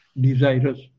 desirous